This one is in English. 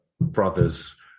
brothers